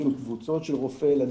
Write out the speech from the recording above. יש לנו קבוצות של רופאי ילדים.